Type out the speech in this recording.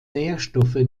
nährstoffe